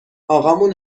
اقامون